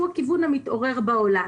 שהוא הכיוון המתעורר בעולם.